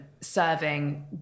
serving